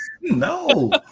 No